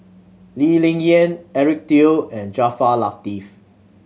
Lee Ling Yen Eric Teo and Jaafar Latiff